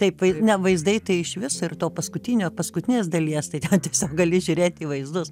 taip ne vaizdai tai iš viso ir to paskutinio paskutinės dalies tai ten tiesiog gali žiūrėt į vaizdus